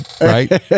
right